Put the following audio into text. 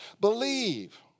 Believe